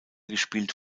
gespielt